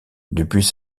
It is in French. depuis